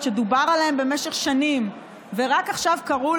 שדובר עליהן במשך שנים רק עכשיו קרו,